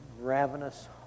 ravenous